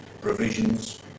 provisions